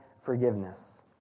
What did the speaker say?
forgiveness